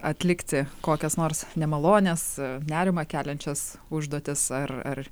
atlikti kokias nors nemalonias nerimą keliančias užduotis ar ar